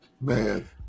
Man